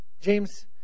James